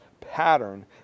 pattern